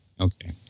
Okay